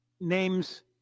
Names